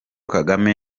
kagame